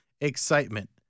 excitement